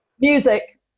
music